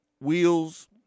wheels